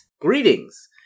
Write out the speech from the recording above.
Greetings